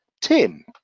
Tim